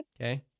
Okay